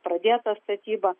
pradėtos statybos